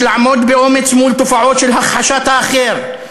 יש לעמוד באומץ מול תופעות של הכחשת האחר,